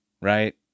Right